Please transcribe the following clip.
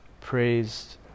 praised